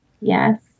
Yes